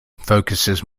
focuses